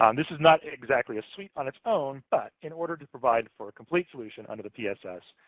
um this is not exactly a suite on its own, but in order to provide for a complete solution under the pss,